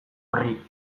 horri